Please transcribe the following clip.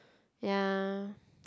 ya